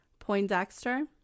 Poindexter